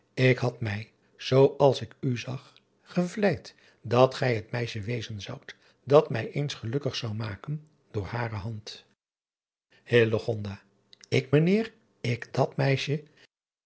ik had mij zoo als ik u zag gevleid dat gij het meisje wezen zoudt dat mij eens gelukkig zou maken door hare hand k ijnheer ik dat meisje